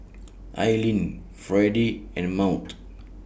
Aylin Fredy and Maud